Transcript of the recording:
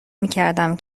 میکردم